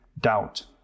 doubt